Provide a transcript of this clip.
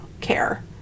care